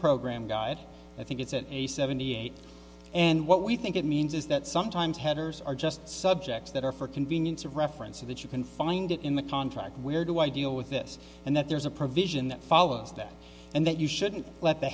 program guide i think it's at a seventy eight and what we think it means is that sometimes headers are just subjects that are for convenient of reference of it you can find it in the contract where do i deal with this and that there's a provision that follows that and that you shouldn't let the